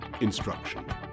instruction